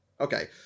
Okay